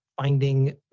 finding